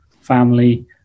family